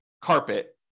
carpet